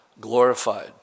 glorified